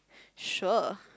sure